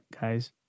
guys